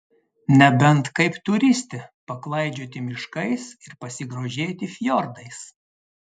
nebent kaip turistė paklaidžioti miškais ir pasigrožėti fjordais